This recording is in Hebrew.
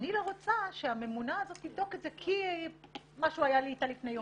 אני לא רוצה שהממונה הזאת תבדוק את זה כי היה לי משהו איתה לפני יומיים,